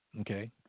Okay